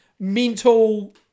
mental